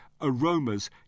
aromas